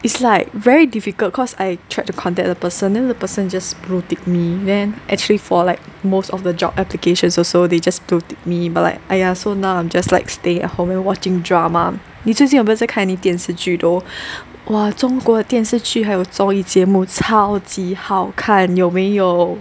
is like very difficult cause I tried to contact the person then the person just blue ticked me then actually for like most of the job applications also they just blue ticked me but like !aiya! so now I'm just like stay at home and watching drama 你最近有没有在看 any 电视剧 though !wah! 中国的电视剧还有综艺节目超级好看有没有